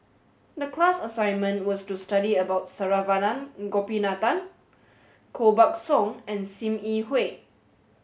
the class assignment was to study about Saravanan Gopinathan Koh Buck Song and Sim Yi Hui